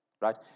right